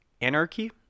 anarchy